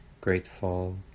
grateful